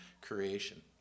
creation